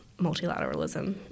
multilateralism